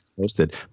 Posted